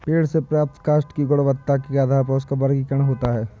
पेड़ से प्राप्त काष्ठ की गुणवत्ता के आधार पर उसका वर्गीकरण होता है